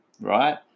Right